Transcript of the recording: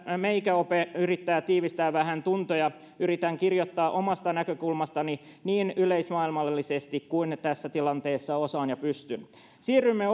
meikäope yrittää tiivistää vähän tuntoja yritän kirjoittaa omasta näkökulmastani niin yleismaailmallisesti kuin tässä tilanteessa osaan ja pystyn siirryimme